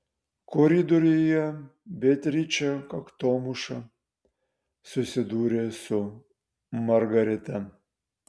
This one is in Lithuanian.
koridoriuje beatričė kaktomuša susidūrė su margarita